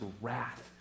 wrath